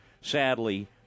sadly